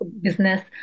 business